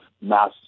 mass